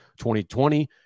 2020